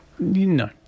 No